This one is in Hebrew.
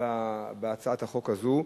בהצעת החוק הזאת.